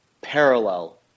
parallel